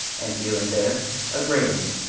and here and there a grayling,